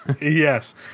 Yes